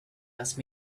asked